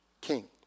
king